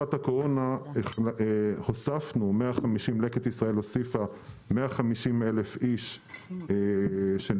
בתקופת הקורונה לקט ישראל הוסיפה 150,000 איש לתמיכה.